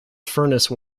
furnace